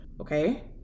okay